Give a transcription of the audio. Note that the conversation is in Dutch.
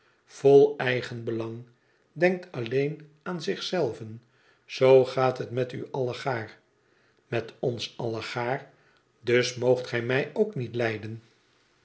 vol eigenbelang denkt alleen aan zich zei ven zoo gaat het met u allegaar met ons allegaar dus moogt gij mij ook niet lijden